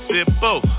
Simple